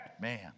Man